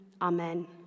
Amen